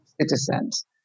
citizens